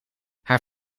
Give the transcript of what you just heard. haar